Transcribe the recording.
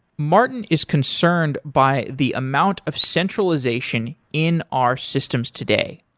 martin is concerned by the amount of centralization in our systems today.